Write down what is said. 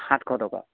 সাতশ টকা